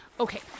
Okay